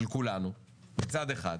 של כולנו, מצד אחד,